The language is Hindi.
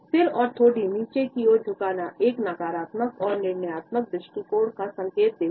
सिर और ठोड़ी नीचे की और झुकाना एक नकारात्मक और निर्णयात्मक दृष्टिकोण का संकेत देती है